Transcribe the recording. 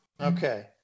Okay